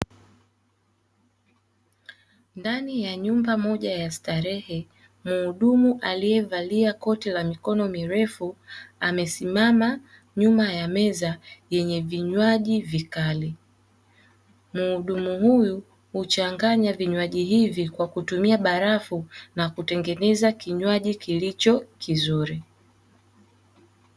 Ndani ya nyumba moja ya starehe, muhudumu aliyevalia koti la mistari mirefu amesimama nyuma ya meza yenye vinywaji vikali. Muhudumu huyu huchanganya vinywaji hivi kwa kutumia barafu na kutengeneza kinywaji kilicho kizuri.